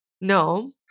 No